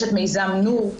יש את מיזם "נור",